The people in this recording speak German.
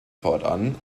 fortan